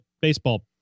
baseball